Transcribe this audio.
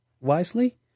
wisely